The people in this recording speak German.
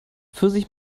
pfirsich